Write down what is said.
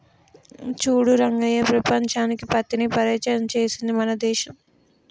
చూడు రంగయ్య ప్రపంచానికి పత్తిని పరిచయం చేసింది మన దేశం